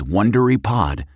WonderyPod